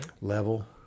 level